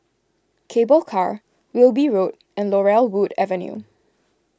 Cable Car Wilby Road and Laurel Wood Avenue